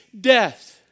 death